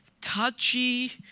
touchy